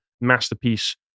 masterpiece